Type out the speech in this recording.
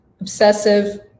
obsessive